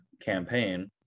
campaign